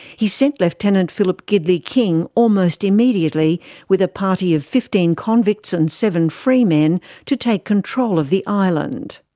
he sent lieutenant philip gidley king almost immediately with a party of fifteen convicts and seven free men to take control of the island.